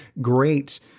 great